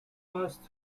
passed